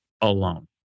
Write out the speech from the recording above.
alone